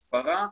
הסברה,